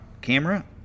camera